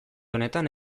honetan